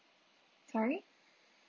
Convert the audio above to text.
sorry